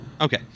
Okay